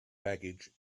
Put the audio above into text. baggage